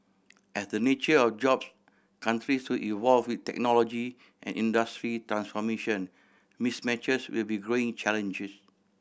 as the nature of jobs countries to evolve with technology and industry transformation mismatches will be growing challenges